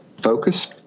focus